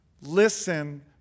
Listen